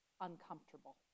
uncomfortable